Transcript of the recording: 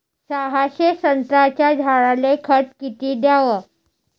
सहाशे संत्र्याच्या झाडायले खत किती घ्याव?